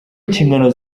inshingano